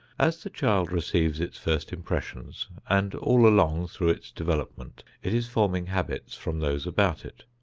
as the child receives its first impressions, and all along through its development, it is forming habits from those about it.